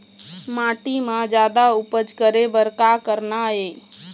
माटी म जादा उपज करे बर का करना ये?